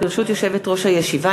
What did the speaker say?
ברשות יושבת-ראש הישיבה,